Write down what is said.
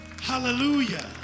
hallelujah